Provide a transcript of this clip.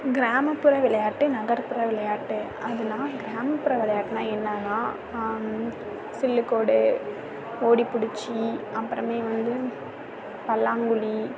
கிராமப்புற விளையாட்டு நகர்ப்புற விளையாட்டு அப்படினா கிராமப்புற விளையாட்டுனா என்னன்னா சில்லுக்கோடு ஓடிபிடிச்சி அப்புறமே வந்து பல்லாங்குழி